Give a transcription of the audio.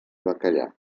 bacallà